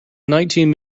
nineteen